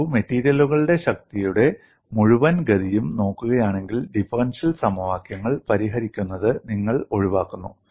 നോക്കൂ മെറ്റീരിയലുകളുടെ ശക്തിയുടെ മുഴുവൻ ഗതിയും നോക്കുകയാണെങ്കിൽ ഡിഫറൻഷ്യൽ സമവാക്യങ്ങൾ പരിഹരിക്കുന്നത് നിങ്ങൾ ഒഴിവാക്കുന്നു